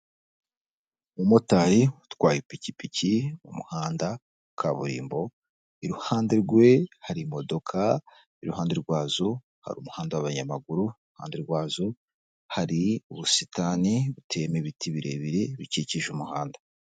Umumotari utwaye ipikipiki mu muhanda kaburimbo, iruhande rwe hari imodoka, iruhande rwazo hari umuhanda w'abanyamaguru, iruhande rwazo hari ubusitani buteyemo ibiti birebire bikikije umuhanda.